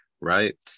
right